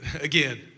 Again